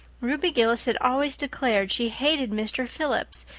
ruby gillis has always declared she hated mr. phillips,